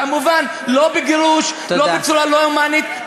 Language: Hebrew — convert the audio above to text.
כמובן, לא בגירוש, לא בצורה לא הומנית.